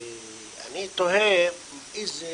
אני תוהה איזה